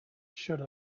should